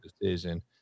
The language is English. decision